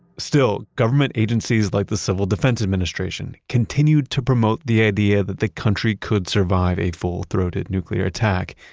still, government agencies like the civil defense administration continued to promote the idea that the country could survive a full throated nuclear attack,